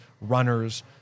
runners